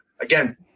Again